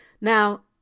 Now